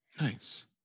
Nice